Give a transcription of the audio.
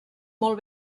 molt